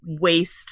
waste